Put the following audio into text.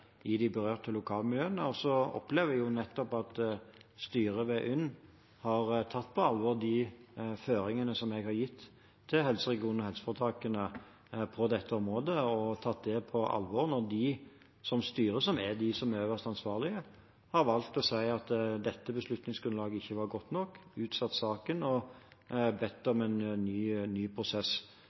i de berørte lokalmiljøene. Jeg opplever at styret ved UNN har tatt på alvor de føringene som jeg har gitt til helseregionene og helseforetakene på dette området, når de som styre, som er de øverst ansvarlige, har valgt å si at dette beslutningsgrunnlaget ikke var godt nok, utsatt saken og bedt om en ny prosess.